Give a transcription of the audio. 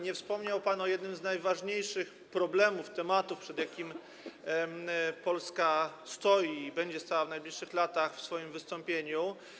Nie wspomniał pan o jednym z najważniejszych problemów, przed jakimi Polska stoi i będzie stała w najbliższych latach, w swoim wystąpieniu.